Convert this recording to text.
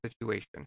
situation